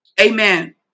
Amen